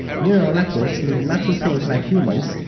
neural networks need not to think like humans,